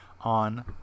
on